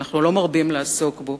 שאנחנו לא מרבים לעסוק בו: